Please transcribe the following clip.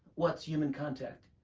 what's human contact?